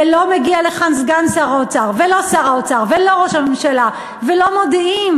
ולא מגיע לכאן סגן שר האוצר ולא שר האוצר ולא ראש הממשלה ולא מודיעים